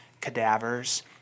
cadavers